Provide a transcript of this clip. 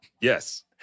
Yes